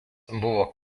buvo